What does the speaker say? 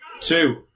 two